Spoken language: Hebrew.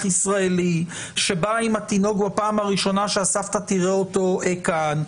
ישראלי שבאם עם התינוק בפעם הראשונה שהסבתא תראה אותו כאן,